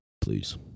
please